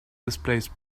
displaced